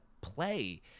play